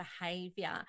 behavior